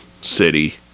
city